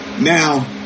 Now